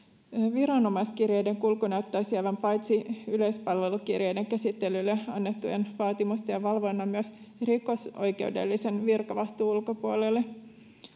viranomaiskirjeiden kulku näyttäisi olevan paitsi yleispalvelukirjeiden käsittelylle annettujen vaatimusten ja valvonnan myös rikosoikeudellisen virkavastuun ulkopuolella